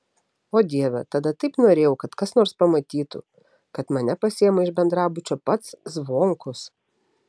o dieve tada taip norėjau kad kas nors pamatytų kad mane pasiima iš bendrabučio pats zvonkus